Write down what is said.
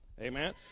Amen